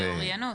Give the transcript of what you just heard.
זה אוריינות.